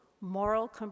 moral